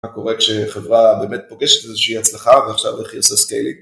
מה קורה כשחברה באמת פוגשת איזושהי הצלחה, ועכשיו איך היא עושה סקיילינג.